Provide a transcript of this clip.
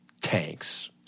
tanks